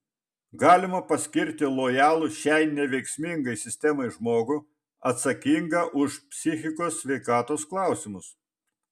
galima paskirti lojalų šiai neveiksmingai sistemai žmogų atsakingą už psichikos sveikatos klausimus